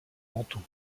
mentaux